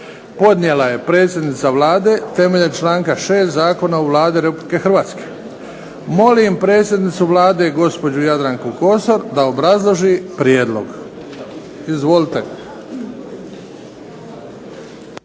podnijela je predsjednica Vlade temeljem članka 6. Zakona o Vladi Republike Hrvatske. Molim predsjednicu Vlade gospođu Jadranku Kosor da obrazloži prijedlog. Izvolite.